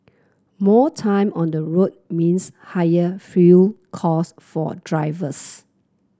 more time on the road means higher fuel cost for drivers